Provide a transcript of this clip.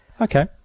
okay